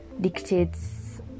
dictates